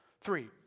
Three